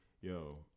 yo